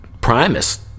Primus